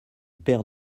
paire